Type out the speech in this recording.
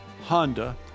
Honda